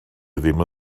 ddim